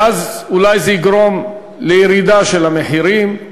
ואז אולי זה יגרום לירידה של המחירים.